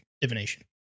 divination